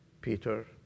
Peter